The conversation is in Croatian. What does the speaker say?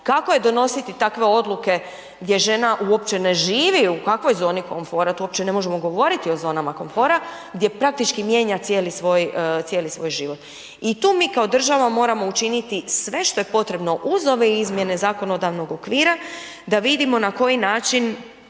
kako je donositi takve odluke gdje žena uopće ne živi u kakvoj zoni komfora, tu uopće ne možemo govoriti o zonama konfora gdje praktički mijenja cijeli svoj život. I tu mi kao država moramo učiniti sve što je potrebno uz ove izmjene zakonodavnog okvira da vidimo na koji način